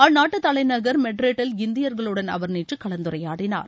அந்நாட்டு தலைநகர் மொட்ரிட்டில் இந்தியர்களுடன் அவர் நேற்று கலந்துரையாடினார்